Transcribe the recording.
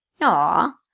Aw